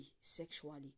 sexually